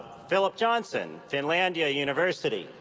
philip johnson, finlandia university